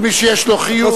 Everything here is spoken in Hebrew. כל מי שיש לו חיוב,